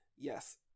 Yes